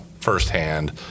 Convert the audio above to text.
firsthand